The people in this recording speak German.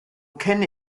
kenne